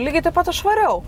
lygiai taip pat aš variau